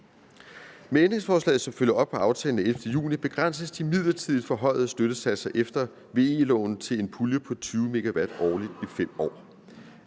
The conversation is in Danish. Med ændringsforslaget, som følger op på aftalen af 11. juni, begrænses de midlertidige forhøjede støttesatser efter VE-loven til en pulje på 20 MW årligt i 5 år.